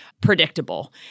predictable